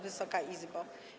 Wysoka Izbo!